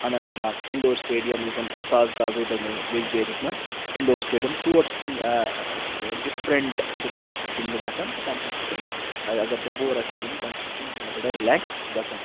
Anant Nag indoor stadium یُس زَن تازٕ تازَے بَنیوٚ ویٚجبیٛٲرِس منٛز اِنڈور سِٹیڈیَم تور چھِ تِم ڈِفرنٛٹ سپوٹٕس گِنٛدنہِ گَژھان تہٕ تَمہِ سۭتۍ چھِ تِم اگر تِم بور آسان گٔمٕتۍ تَمہِ سۭتۍ چھِ تِم تھوڑا رِلٮ۪کس گژھان